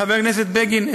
חבר הכנסת בגין,